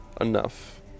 enough